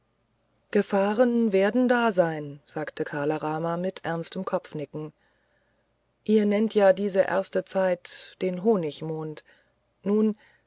gefahren werden da sein sagte kala rama mit ernstem kopfnicken ihr nennt ja diese erste zeit den honigmonat nun